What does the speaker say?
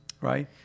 Right